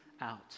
out